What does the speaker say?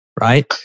right